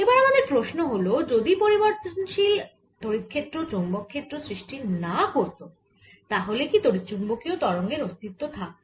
এবার আমাদের প্রশ্ন হল যদি পরিবর্তনশীল তড়িৎ ক্ষেত্র চৌম্বক ক্ষেত্র সৃষ্টি না করত তাহলে কি তড়িৎচুম্বকীয় তরঙ্গের অস্তিত্ব থাকত